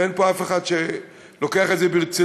אין פה אף אחד שלוקח את זה ברצינות.